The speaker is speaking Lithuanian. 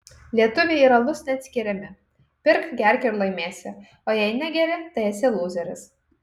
lietuviai ir alus neatskiriami pirk gerk ir laimėsi o jei negeri tai esi lūzeris